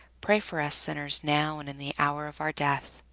pray for us sinners now and in the hour of our death,